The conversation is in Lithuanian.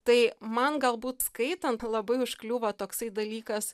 tai man galbūt skaitant labai užkliūva toksai dalykas